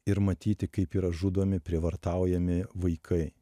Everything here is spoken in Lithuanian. ir matyti kaip yra žudomi prievartaujami vaikai